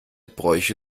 bräuche